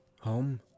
home